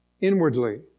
Inwardly